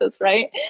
right